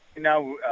Now